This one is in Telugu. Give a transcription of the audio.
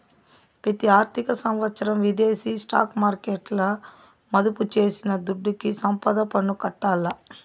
పెతి ఆర్థిక సంవత్సరం విదేశీ స్టాక్ మార్కెట్ల మదుపు చేసిన దుడ్డుకి సంపద పన్ను కట్టాల్ల